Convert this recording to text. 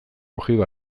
ojiba